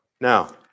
Now